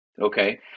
okay